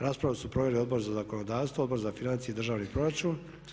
Raspravu su proveli Odbor za zakonodavstvo, Odbor za financije i državni proračun.